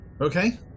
Okay